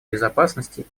безопасности